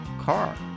car